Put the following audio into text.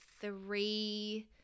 three